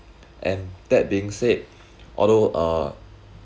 and that being said although uh